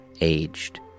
aged